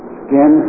skin